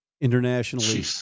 internationally